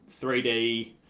3D